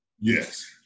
Yes